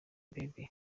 bieber